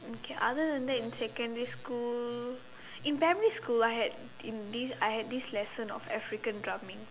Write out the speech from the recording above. okay other than that in secondary school in primary school I had in this I had this lesson of African drumming